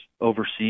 overseas